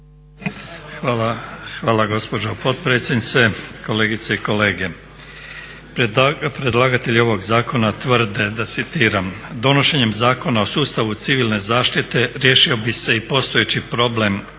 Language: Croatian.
(HDZ)** Hvala gospođo potpredsjednice, kolegice i kolege. Predlagatelji ovog zakona tvrde da, citiram: "Donošenjem Zakona o sustavu civilne zaštite riješio bi se i postojeći problem konflikta